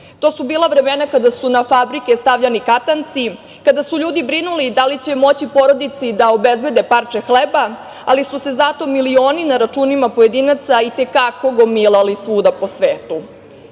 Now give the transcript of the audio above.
To su bila vremena kada su na fabrike stavljani katanci, kada su ljudi brinuli da li će moći porodici da obezbede parče hleba, ali su se zato milioni na računima pojedinaca i te kako gomilali svuda po